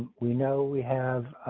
we know we have